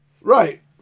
Right